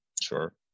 sure